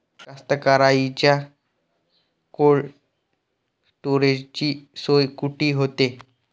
कास्तकाराइच्या कोल्ड स्टोरेजची सोय कुटी होते?